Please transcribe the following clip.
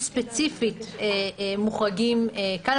הם ספציפית מוחרגים כאן.